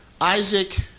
Isaac